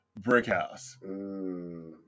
Brickhouse